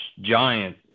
giant